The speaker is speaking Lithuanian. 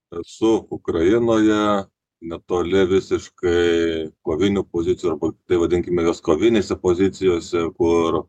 esu ukrainoje netoli visiškai kovinių pozicijų arba tai vadinkime nes kovinėse pozicijose kur